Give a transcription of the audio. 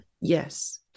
yes